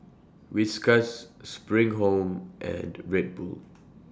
Whiskas SPRING Home and Red Bull